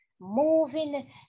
moving